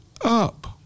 up